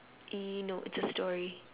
uh no just a story